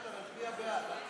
שכנעת, שכנעת, נצביע בעד.